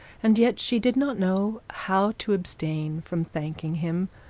and yet she did not know how to abstain from thanking him.